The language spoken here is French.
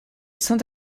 saint